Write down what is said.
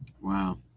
Wow